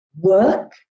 work